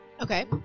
okay